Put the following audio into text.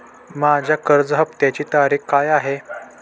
माझ्या कर्ज हफ्त्याची तारीख काय आहे?